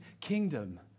kingdom